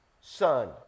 Son